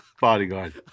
bodyguard